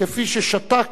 כפי ששתק